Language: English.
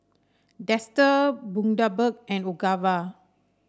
Dester Bundaberg and Ogawa